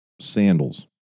sandals